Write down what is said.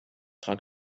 dran